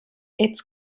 its